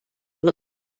wird